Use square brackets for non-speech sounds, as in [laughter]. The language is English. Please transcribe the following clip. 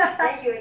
[laughs]